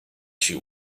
she